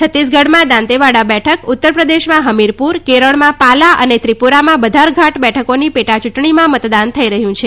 છત્તીસગઢમાં દાંતેવાડા બેઠક ઉત્તરપ્રદેશમાં હમીરપુર કેરળમાં પાલા અને ત્રિપુરામાં બધારઘાટ બેઠકોની પેટા ચૂંટણીમાં મતદાન થઈ રહ્યું છે